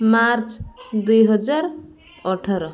March ଦୁଇହଜାର ଅଠର